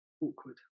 awkward